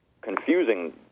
confusing